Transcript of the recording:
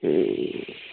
ए